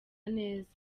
neza